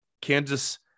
Kansas